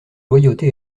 loyauté